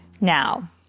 Now